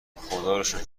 خداروشکر